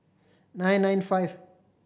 nine nine five